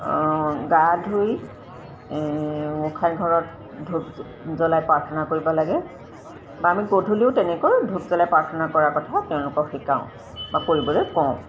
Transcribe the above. গা ধুই গোসাঁই ঘৰত ধূপ জ্বলাই প্ৰাৰ্থনা কৰিব লাগে বা আমি গধূলিও তেনেকৈ ধূপ জ্বলাই প্ৰাৰ্থনা কৰাৰ কথা তেওঁলোকক শিকাওঁ বা কৰিবলৈ কওঁ